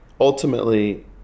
ultimately